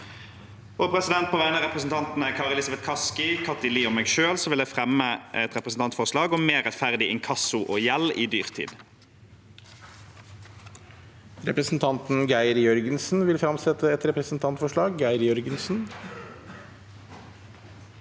for fengslene. På vegne av representantene Kari Elisabeth Kaski, Kathy Lie og meg selv vil jeg fremme et representantforslag om mer rettferdig inkasso og gjeld i dyrtid. Presidenten Representanten Geir Jør- gensen vil fremsette et representantforslag.